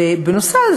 בנוסף,